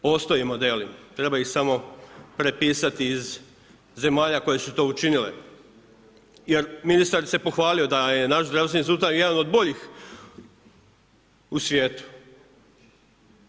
Postoje modeli, treba ih samo prepisati iz zemalja koje su to učinile jer ministar se pohvalio da je naš zdravstveni sustav jedan od boljih u svijetu.